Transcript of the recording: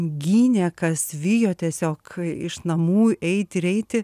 gynė kas vijo tiesiog iš namų eit ir eiti